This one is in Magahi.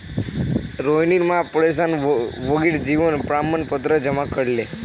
रोहिणीर मां पेंशनभोगीर जीवन प्रमाण पत्र जमा करले